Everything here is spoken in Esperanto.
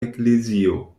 eklezio